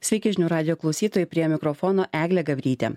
sveiki žinių radijo klausytojai prie mikrofono eglė gabrytė